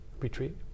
retreat